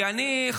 כי אני,